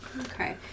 Okay